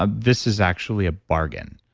ah this is actually a bargain,